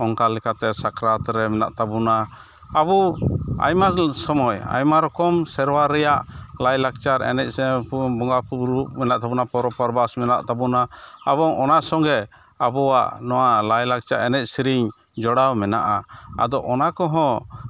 ᱚᱱᱠᱟ ᱞᱮᱠᱟᱛᱮ ᱥᱟᱠᱨᱟᱛᱨᱮ ᱢᱮᱱᱟᱜ ᱛᱟᱵᱚᱱᱟ ᱟᱵᱚ ᱟᱭᱢᱟ ᱥᱚᱢᱚᱭ ᱟᱭᱢᱟ ᱨᱚᱠᱚᱢ ᱥᱮᱨᱣᱟ ᱨᱮᱭᱟᱜ ᱞᱟᱭᱞᱟᱠᱪᱟᱨ ᱮᱱᱮᱡᱼᱥᱮᱨᱮᱧ ᱵᱚᱸᱜᱟᱠᱚ ᱵᱩᱨᱩ ᱢᱮᱱᱟᱜ ᱛᱟᱵᱚᱱᱟ ᱯᱚᱨᱚᱵᱽᱼᱯᱚᱨᱵᱟᱥ ᱢᱮᱱᱟᱜ ᱛᱟᱵᱚᱱᱟ ᱟᱵᱚ ᱚᱱᱟ ᱥᱚᱸᱜᱮ ᱟᱵᱚᱣᱟᱜ ᱱᱚᱣᱟ ᱞᱟᱭᱞᱟᱠᱪᱟᱨ ᱮᱱᱮᱡᱼᱥᱮᱨᱮᱧ ᱡᱚᱲᱟᱣ ᱢᱮᱱᱟᱜᱼᱟ ᱟᱫᱚ ᱚᱱᱟᱠᱚᱦᱚᱸ